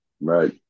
Right